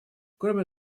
кроме